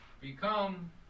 become